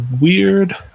weird